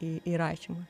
į į rašymą